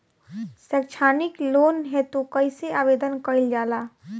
सैक्षणिक लोन हेतु कइसे आवेदन कइल जाला?